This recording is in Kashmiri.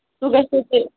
سُہ گژھِ تۄہہِ